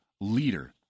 leader